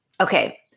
Okay